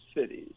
cities